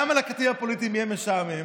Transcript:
למה לכתבים הפוליטיים יהיה משעמם.